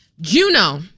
Juno